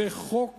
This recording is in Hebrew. זה חוק